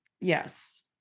Yes